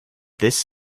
this